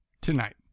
tonight